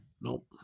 Nope